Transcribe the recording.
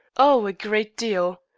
oh, a great deal.